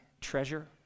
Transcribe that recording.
treasure